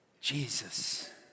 Jesus